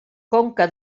conca